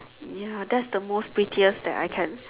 ya that's the most pettiest that I can